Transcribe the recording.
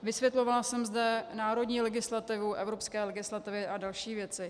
Vysvětlovala jsem zde národní legislativu, evropské legislativy a další věci.